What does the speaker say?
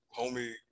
homie